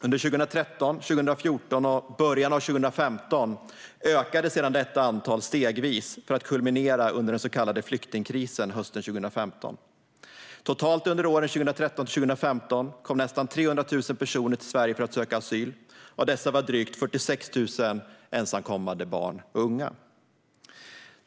Under 2013, 2014 och början av 2015 ökade sedan detta antal stegvis för att kulminera under den så kallade flyktingkrisen hösten 2015. Totalt under åren 2013-2015 kom nästan 300 000 personer till Sverige för att söka asyl. Av dessa var drygt 46 000 ensamkommande barn och unga.